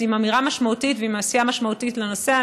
עם אמירה משמעותית ועם עשייה משמעותית בנושא.